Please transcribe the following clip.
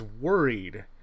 worried